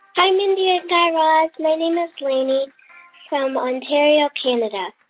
hi, mindy and guy raz. my name is lainey from ontario, canada.